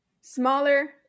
smaller